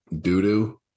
doo-doo